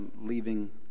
leaving